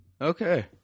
Okay